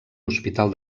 hospital